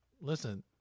Listen –